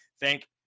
Thank